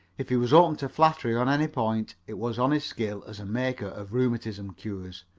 if he was open to flattery on any point, it was on his skill as a maker of rheumatism cures.